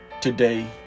today